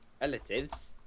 Relatives